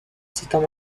s’étend